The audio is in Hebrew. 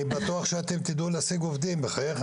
אני בטוח שאתם תדעו להשיג עובדים, בחייכם.